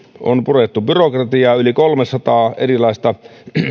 on purettu byrokratiaa on purettu yli kolmesataa erilaista